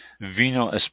vino